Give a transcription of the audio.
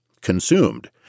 consumed